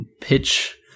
pitch